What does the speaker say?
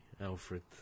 Alfred